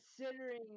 considering